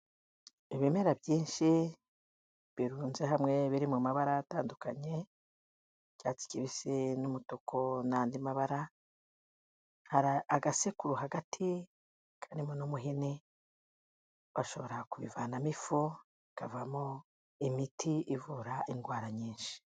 Ibimera byinshi birunze hamwe biri mu mabara atandukanye, icyatsi kibisi n'umutuku n'andi mabara, hari agasekuru hagati karimo n'umuhini, bashobora kubivanamo ifu ikavamo imiti ivura indwara nyinshi.